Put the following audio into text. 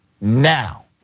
now